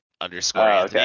Underscore